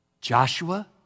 Joshua